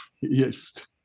yes